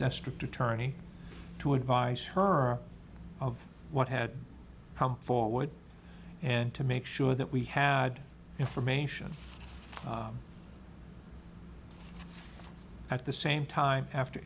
district attorney to advise her of what had come forward and to make sure that we had information at the same time after